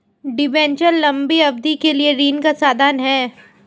debenture लंबी अवधि के लिए ऋण का साधन है